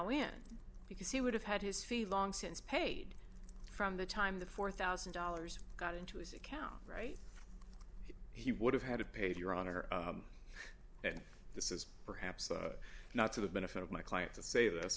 in because he would have had his feet long since paid from the time the four thousand dollars got into his account right he would have had to pay to your honor and this is perhaps not to the benefit of my client to say this